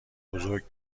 بزرگ